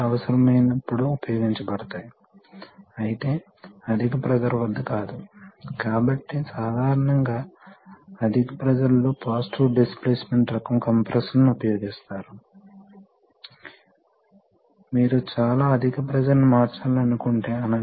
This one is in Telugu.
ఇది మిల్లీమీటర్ల లో ఉంటుంది కాబట్టి సాధారణంగా స్ట్రోక్ పొడవు పెద్దది కాదు మరియు అందువల్ల వాల్వ్ వాస్తవానికి ఈ జోన్లో మాత్రమే పనిచేస్తుంది